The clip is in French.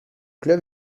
club